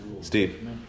Steve